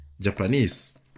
Japanese